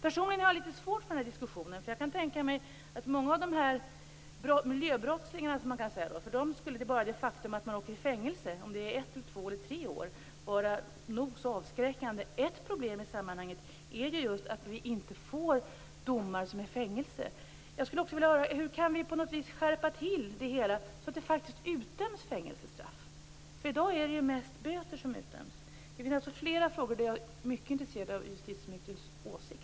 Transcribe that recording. Personligen har jag litet svårt för den här diskussionen. Jag kan tänka mig att för många av miljöbrottslingarna skulle bara det faktum att man åker i fängelse, om det sedan är ett, två eller tre år, vara nog så avskräckande. Ett problem i sammanhanget är ju just att vi inte får fängelsedomar. Jag skulle vilja höra hur vi på något vis kan skärpa till det hela så att det faktiskt utdöms fängelsestraff. I dag är det ju mest böter som utdöms. Det finns alltså flera frågor där jag är mycket intresserad av justitieministerns åsikt.